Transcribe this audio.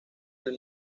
del